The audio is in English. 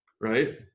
Right